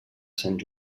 sant